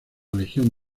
legión